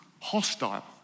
hostile